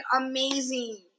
amazing